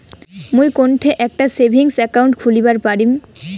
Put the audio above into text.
মুই কোনঠে একটা সেভিংস অ্যাকাউন্ট খুলিবার পারিম?